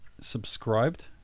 subscribed